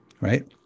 right